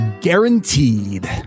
guaranteed